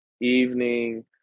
evening